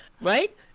Right